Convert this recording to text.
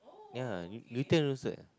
ya New~ Newton also have